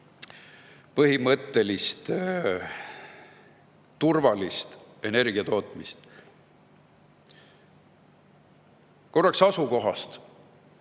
praegust turvalist energia tootmist. Korraks asukohast.